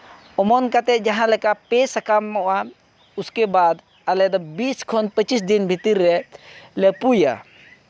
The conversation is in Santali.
ᱚᱢᱚᱱ ᱠᱟᱛᱮ ᱡᱟᱦᱟᱸ ᱞᱮᱠᱟ ᱯᱮ ᱥᱟᱠᱟᱢᱚᱜᱼᱟ ᱩᱥᱠᱮ ᱵᱟᱫ ᱟᱞᱮ ᱫᱚ ᱵᱤᱥ ᱠᱷᱚᱱ ᱯᱚᱸᱪᱤᱥ ᱫᱤᱱ ᱵᱷᱤᱛᱤᱨ ᱨᱮ ᱞᱮ ᱯᱩᱭᱟ